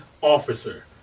officer